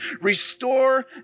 Restore